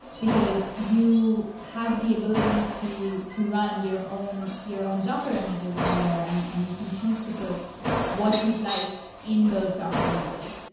because you have the ability to to run your own your own docker images on there and and you can choose to put what you'd like in those docker images.